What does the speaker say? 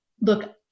look